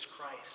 Christ